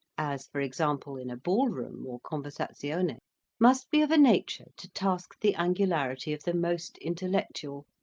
as for example in a ball-room or conversazione must be of a nature to task the angularity of the most intellectual,